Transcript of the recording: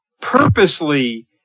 purposely